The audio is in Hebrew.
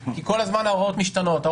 כי כל הזמן ההוראות משתנות,